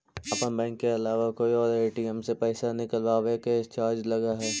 अपन बैंक के अलावा कोई और ए.टी.एम से पइसा निकलवावे के चार्ज लगऽ हइ